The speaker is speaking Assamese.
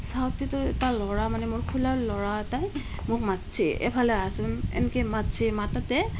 চাওঁতেতো এটা ল'ৰা মানে মোৰ খুড়াৰ ল'ৰা এটাই মোক মাতিছে এইফালে আহচোন এনেকৈ মাতিছে মাতোঁতে